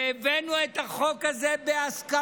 והבאנו את החוק הזה בהסכמה.